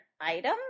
item